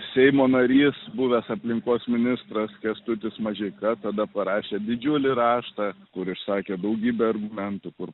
seimo narys buvęs aplinkos ministras kęstutis mažeika tada parašė didžiulį raštą kur išsakė daugybę argumentų kur